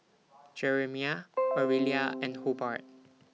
Jeremiah Orelia and Hobart